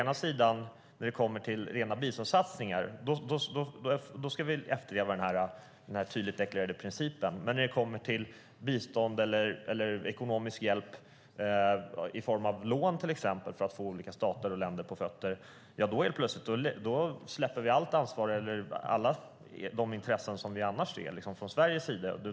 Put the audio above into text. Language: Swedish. När det kommer till rena biståndssatsningar ska vi efterleva den här tydligt deklarerade principen, men när det kommer till bistånd eller ekonomisk hjälp i form av lån för att få olika stater och länder på fötter släpper vi helt plötsligt allt ansvar och alla de intressen som vi annars ser från Sveriges sida.